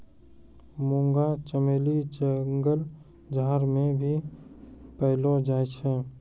मुंगा चमेली जंगल झाड़ मे भी पैलो जाय छै